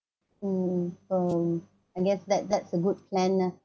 mm can I guess that that's a good plan lah